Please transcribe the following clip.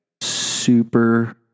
super